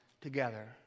together